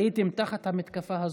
הייתם תחת המתקפה הזאת,